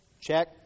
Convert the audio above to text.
check